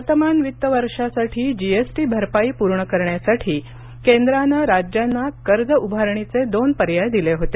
वर्तमान वित्त वर्षासाठी जीएसटी भरपाई पूर्ण करण्यासाठी केंद्रानं राज्यांना कर्ज उभारणीचे दोन पर्याय दिले होते